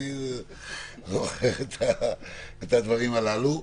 אני זוכר את הדברים הללו.